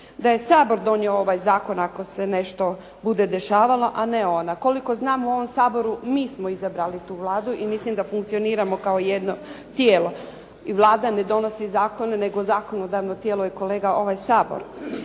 da je Sabor donio ovaj zakon ako se nešto bude dešavalo, a ne ona. Koliko znam u ovom Saboru mi smo izabrali tu Vladu i milim da funkcioniramo kao jedno tijelo. I Vlada ne donosi zakone, nego zakonodavno tijelo je kolega ovaj Sabor.